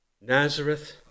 Nazareth